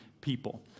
people